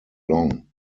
long